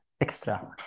extra